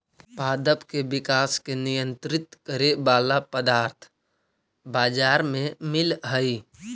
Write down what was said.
पादप के विकास के नियंत्रित करे वाला पदार्थ बाजार में मिलऽ हई